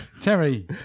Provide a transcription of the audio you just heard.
Terry